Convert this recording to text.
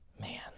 Man